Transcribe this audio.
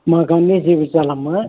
మాకు అన్నీ చూపించాలమ్మా